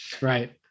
right